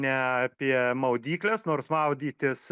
ne apie maudykles nors maudytis